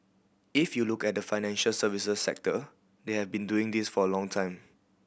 if you look at the financial services sector they have been doing this for a long time